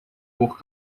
por